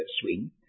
swing